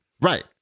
Right